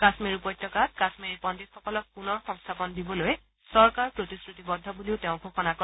কাম্মীৰ উপত্যকাত কাশ্মীৰী পণ্ডিতসকলক পুনৰ সংস্থাপন দিবলৈ চৰকাৰ প্ৰতিশ্ৰুতিবদ্ধ বুলিও তেওঁ ঘোষণা কৰে